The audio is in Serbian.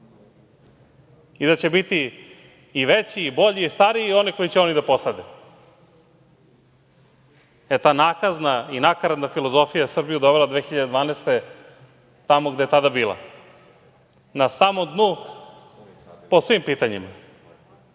i da će biti i veći, i bolji, i stariji oni koje će oni da posade. E, ta nakazna i nakaradna filozofija Srbiju je dovela 2012. godine tamo gde je tada bila, na samom dnu po svim pitanjima. Oni